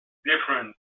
different